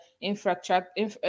infrastructure